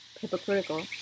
hypocritical